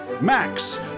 Max